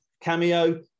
Cameo